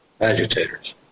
agitators